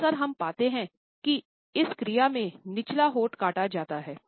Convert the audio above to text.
अक्सर हम पाते हैं कि इस क्रिया में निचला होंठ काटा जाता है